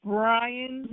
Brian